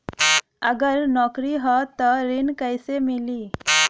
अगर नौकरी ह त ऋण कैसे मिली?